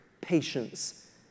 patience